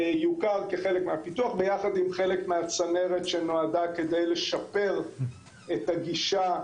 יוכר כחלק מהפיתוח יחד עם חלק מהצנרת שנועדה כדי לשפר את הגישה.